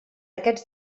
aquests